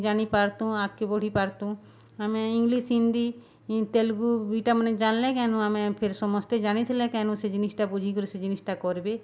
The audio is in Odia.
ଜାନିପାରତୁଁ ଆଗକେ ବଢ଼ିପାରତୁଁ ଆମେ ଇଂଲିଶ ହିନ୍ଦୀ ତେଲୁଗୁ ଏଇଟା ମାନେ ଜାଣିଲେ କେନୁ ଆମେ ଫେର ସମସ୍ତେ ଜାଣିଥିଲେ କେନୁ ସେ ଜିନିଷ୍ଟା ବୁଝିକରି ସେ ଜିନିଷ୍ଟା କରବେ